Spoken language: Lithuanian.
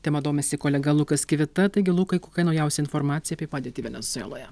tema domisi kolega lukas kivita taigi lukai kokia naujausia informacija apie padėtį venesueloje